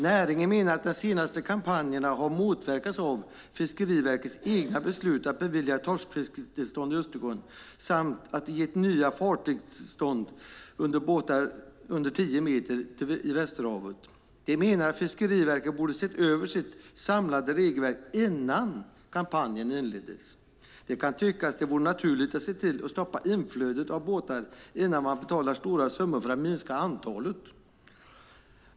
Näringen menar att de senaste kampanjerna har motverkats av Fiskeriverkets egna beslut att bevilja torskfisketillstånd i Östersjön samt att nya fartygstillstånd beviljats till båtar under tio meter i Västerhavet. De menar att Fiskeriverket borde ha sett över sitt samlade regelverk innan kampanjen inleddes. Det kan tyckas att det vore naturligt att se till att stoppa inflödet av båtar innan man betalar stora summor för att minska antalet.